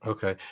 Okay